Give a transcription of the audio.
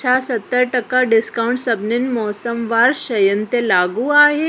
छा सतर टका डिस्काउंट सभिनी मौसमवारु शयनि ते लाॻू आहे